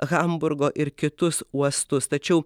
hamburgo ir kitus uostus tačiau